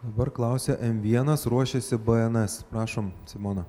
dabar klausia m vienas ruošiasi bns prašom simona